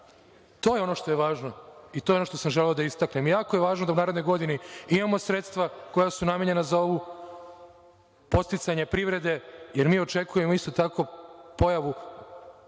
To je ono što je važno i to je ono što sam želeo da istaknem. Jako je važno da u narednoj godini imamo sredstva koja su namenjena za ovo podsticanje privrede, jer mi očekujemo isto tako pojavu